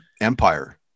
empire